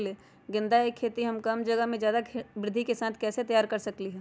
गेंदा के खेती हम कम जगह में ज्यादा वृद्धि के साथ कैसे कर सकली ह?